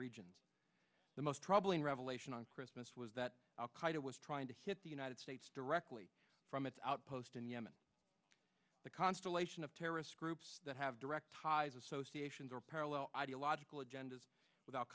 regions the most troubling revelation on christmas was that al qaida was trying to hit the united states directly from its outpost in yemen the constellation of terrorist groups that have direct ties associations or parallel ideological agendas with al